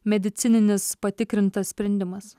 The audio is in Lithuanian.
medicininis patikrintas sprendimas